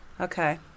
Okay